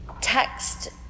text